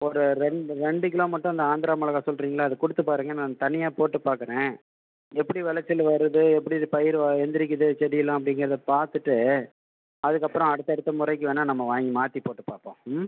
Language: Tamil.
ஒரு ரெண்டு ரெண்டு கிலோ மட்டும் அந்த ஆந்திரா மிளகா சொல்கிறீங்கல்ல அதை கொடுத்து பாருங்கள் நாங்கள் தனியாக போட்டு பார்க்குறேன் எப்படி வெளைச்சலு வருது எப்படி இது பயிர் எழுந்திரிக்கிது செடிலாம் அப்டிங்கிறத பார்த்துட்டு அதுக்கப்புறம் அடுத்தடுத்த முறைக்கி வேணுனா நம்ம வாங்கி மாற்றி போட்டு பார்ப்போம் ம்